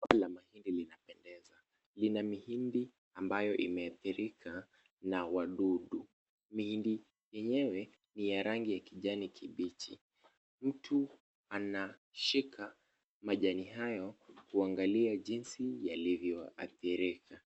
Shamba la mahindi linapendeza. Lina mahindi ambayo yameathirika na wadudu. Mihindi yenyewe ni ya rangi ya kijani kibichi. Mtu anashika majani hayo kuangalia jinsi yalivyoathirika.